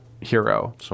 hero